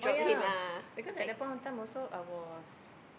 oh yeah because at that point of time also I was